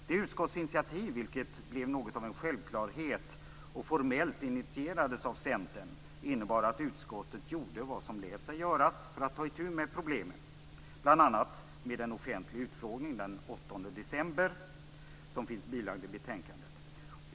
Det utskottsinitiativ som blev något av en självklarhet och formellt initierades av Centern innebar att utskottet gjorde vad som lät sig göras för att ta itu med problemet, bl.a. en offentlig utfrågning den 8 december, varifrån protokollet finns bilagt till betänkandet.